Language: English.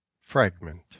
FRAGMENT